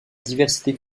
diversité